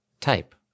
Type